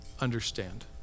understand